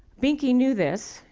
benki knew this.